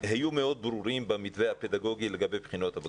היו מאוד ברורים במתווה הפדגוגי לגבי בחינות הבגרות.